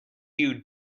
you